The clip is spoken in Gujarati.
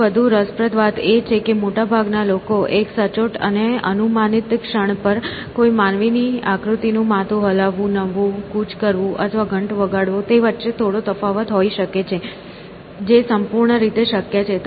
સૌથી વધુ રસપ્રદ વાત એ છે કે મોટાભાગના લોકો માટે એક સચોટ અને અનુમાનિત ક્ષણ પર કોઈ માનવીની આકૃતિનું માથું હલાવવું નમવું કૂચ કરવું અથવા ઘંટ વગાડવો તે વચ્ચે થોડો તફાવત હોઈ શકે છે જે સંપૂર્ણ રીતે શક્ય છે